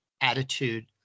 attitude